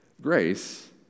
grace